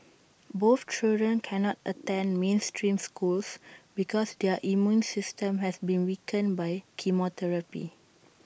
both children cannot attend mainstream schools because their immune systems have been weakened by chemotherapy